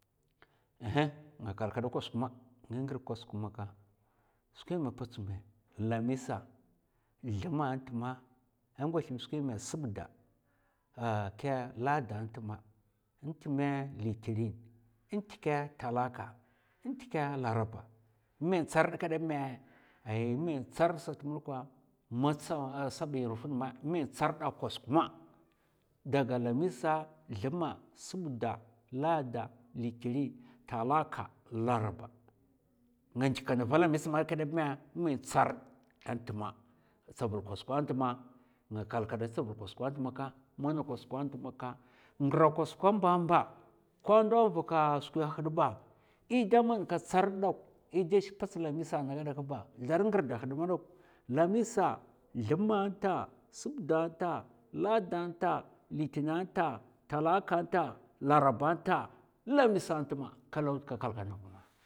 nga kal kada kosuk ma nga ngir kosuk maka, skèmè potsun mè? Lamisa. thuma n'tma, a ngwathèm skwèm mè sabda, a kè lada n'tma, n'tmè litinè, n'tkè talaka, n'tkè laraba. n'mèn tsar kda bèmè ay in mèn tsard sat madakwa ma tsa sabi nvd nma nmèn tsarrd dak kosuk ma. Daga lamisa, thuma, sabda, lada, litinè, talaka, laraba, nga ndikènèva lamisa mè kèdè bma n'mèn tsarrd ant'tma. tsavul kosuk an'tma nga kal kada tsavul kosuk ntma mana kosuk nt'maka ngra kosuk, ngra kosuk a mba mba ko ndo nvak skwi a haè ba è da man ka tsarrd dok è da shik pats lamisa na gadak ba, zlar ngir da haè madok. lamisa, thumma nta, sabda nta, lada nta, litinè nta, talaka nta, laraba nta, lamisan ntma kalaw da ka kalkana vma.